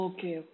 Okay